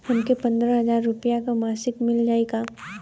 हमके पन्द्रह हजार रूपया क मासिक मिल जाई का?